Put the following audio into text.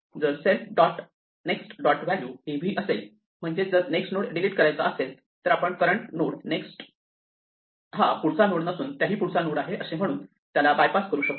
जर self dot next dot value ही v असेल म्हणजेच जर नेक्स्ट नोड डिलीट करायचा असेल तर आपण करंट नोड नेक्स्ट हा पुढचा नोड नसून त्याही पुढचा नोड आहे असे म्हणून त्याला बायपास करू शकतो